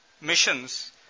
missions